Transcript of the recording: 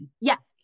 yes